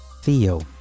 Theo